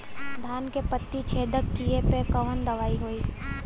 धान के पत्ती छेदक कियेपे कवन दवाई होई?